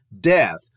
death